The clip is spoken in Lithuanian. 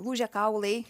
lūžę kaulai